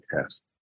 test